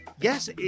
Yes